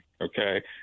okay